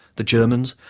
the germans,